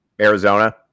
Arizona